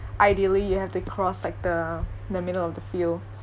ideally you have to cross like the the middle of the field